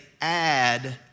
add